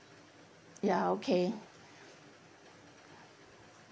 ya okay